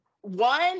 One